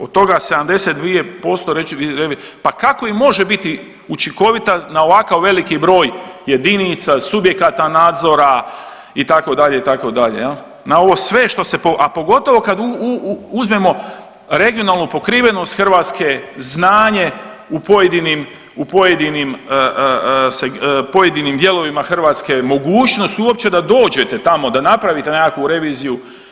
Od toga 72% pa kako i može biti učinkovita na ovakav veliki broj jedinica, subjekata nadzora itd. itd. na ovo sve što se, a pogotovo kad uzmemo regionalnu pokrivenost Hrvatske, znanje u pojedinim dijelovima Hrvatske, mogućnost uopće da dođete tamo, da napravite nekakvu reviziju.